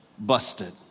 busted